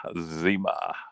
Zima